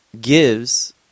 gives